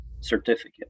certificate